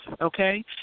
okay